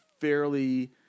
fairly